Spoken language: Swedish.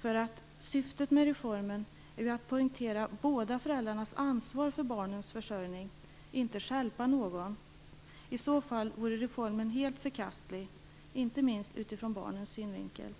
för syftet med reformen är att poängtera båda föräldrarnas ansvar för barnets försörjning, inte stjälpa någon. I så fall vore reformen helt förkastlig, inte minst utifrån barnens synvinkel.